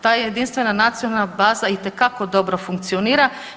Ta je jedinstvena nacionalna baza itekako dobro funkcionira.